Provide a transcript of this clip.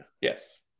Yes